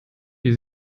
die